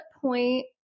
point